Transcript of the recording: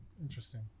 interesting